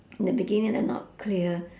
the beginning like not clear